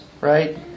right